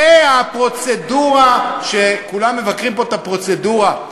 זו הפרוצדורה, כולם מבקרים פה את הפרוצדורה.